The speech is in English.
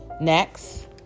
Next